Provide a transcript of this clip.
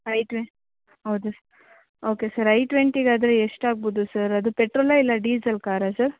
I twenty ಹೌದ sir okay sir i ಟ್ವೆಂಟಿಗಾದರೆ ಎಷ್ಟಾಗ್ಬೋದು ಸರ್ ಅದು ಪೆಟ್ರೋಲ ಇಲ್ಲ ಡೀಸಲ್ ಕಾರ ಸರ್